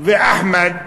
ואחמד,